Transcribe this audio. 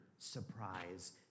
Surprise